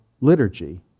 liturgy